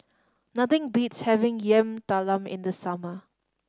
nothing beats having Yam Talam in the summer